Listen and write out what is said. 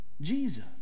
Jesus